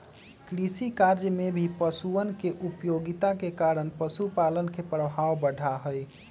कृषिकार्य में भी पशुअन के उपयोगिता के कारण पशुपालन के प्रभाव बढ़ा हई